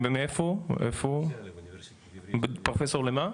פרופסור למה?